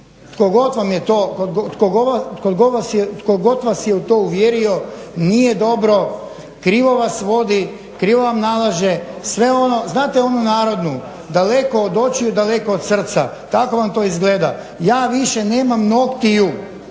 god vas je u to uvjerio nije dobro, krivo vas vodi, krivo vam nalaže. Znate onu narodnu "Daleko od očiju, daleko od srca", tako vam to izgleda. Ja više nemam noktiju